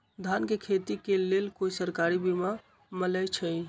धान के खेती के लेल कोइ सरकारी बीमा मलैछई?